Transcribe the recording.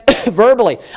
verbally